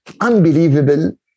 Unbelievable